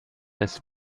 ist